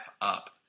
up